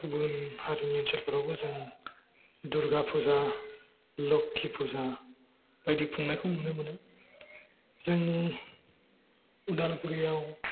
बर' हारिनि ओनसोलफोराबो जों दुरगा फुजा लोखि फुजा बायदि खुंनायखौ नुनो मोनो जोंनि उदालगुरियाव